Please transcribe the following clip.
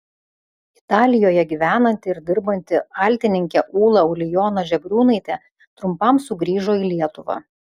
italijoje gyvenanti ir dirbanti altininkė ūla ulijona žebriūnaitė trumpam sugrįžo į lietuvą